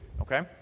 okay